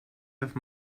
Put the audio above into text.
have